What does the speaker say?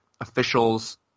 officials